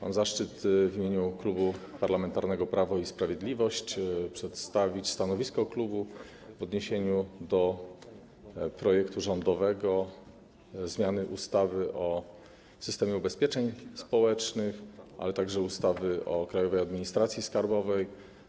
Mam zaszczyt w imieniu Klubu Parlamentarnego Prawo i Sprawiedliwość przedstawić stanowisko klubu wobec rządowego projektu ustawy o zmianie ustawy o systemie ubezpieczeń społecznych oraz ustawy o Krajowej Administracji Skarbowej.